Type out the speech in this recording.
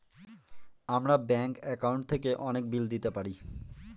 আমরা bank account থেকে অনেক বিল দিতে পারি